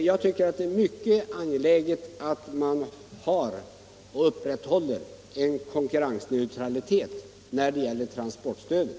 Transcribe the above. Jag tycker att det är mycket angeläget att man upprätthåller konkurrensneutralitet när det gäller transportstödet.